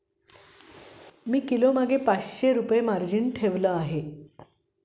मी किलोमागे पाचशे रुपये मार्जिन ठेवली आहे